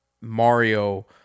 Mario